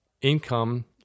income